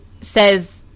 says